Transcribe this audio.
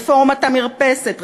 רפורמת המרפסת,